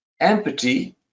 Empathy